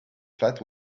flat